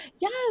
yes